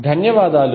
ధన్యవాదాలు